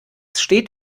steht